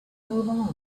move